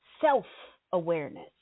self-awareness